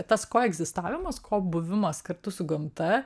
tas koegzistavimas kobuvimas kartu su gamta